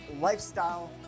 Lifestyle